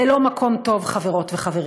זה לא מקום טוב, חברות וחברים.